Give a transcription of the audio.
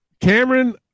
Cameron